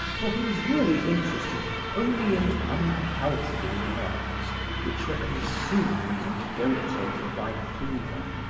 for he was really interested only in unhealthy works which were consumed and irritated by fever.